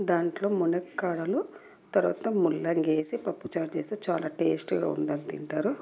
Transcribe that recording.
దాంట్లో మునక్కాడలు తర్వాత ముల్లంగి వేసి పప్పుచారు చేస్తే చాలా టేస్ట్గా ఉందని తింటారు